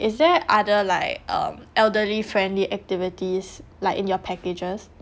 is there other like um elderly friendly activities like in your packages